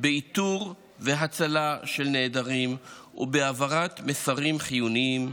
באיתור והצלה של נעדרים ובהעברת מסרים חיוניים,